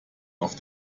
auf